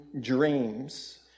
dreams